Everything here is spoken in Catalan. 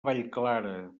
vallclara